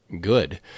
good